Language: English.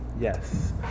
Yes